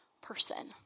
person